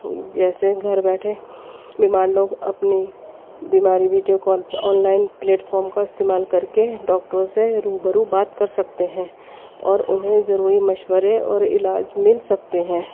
جیسے گھر بیٹھے بیمار لوگ اپنی بیماری video call online platform کا استعمال کر کے ڈاکٹروں سے روبرو بات کر سکتے ہیں اور انہیں ضروری مشورے اور علاج مل سکتے ہیں